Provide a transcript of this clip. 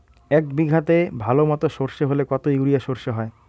এক বিঘাতে ভালো মতো সর্ষে হলে কত ইউরিয়া সর্ষে হয়?